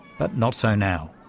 but not so now.